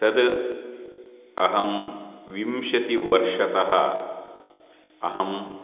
तत् अहं विंशतिवर्षतः अहं